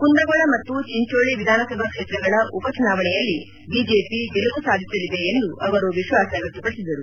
ಕುಂದಗೋಳ ಮತ್ತು ಚಿಂಚೋಳ ವಿಧಾನ ಸಭಾ ಕ್ಷೇತ್ರಗಳ ಉಪಚುನಾವಣೆಯಲ್ಲಿ ಬಿಜೆಪಿ ಗೆಲುವು ಸಾಧಿಸಲಿದೆ ಎಂದು ವಿಶ್ವಾಸ ವ್ಯಕ್ತಪಡಿಸಿದರು